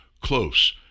close